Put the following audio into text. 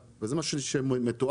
דיני הנזיקין הם בסמכות של שר המשפטים.